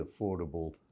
affordable